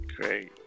Great